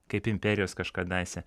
kaip imperijos kažkadaise